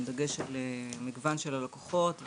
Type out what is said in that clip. עם דגש על המגוון של הלקוחות.